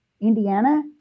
indiana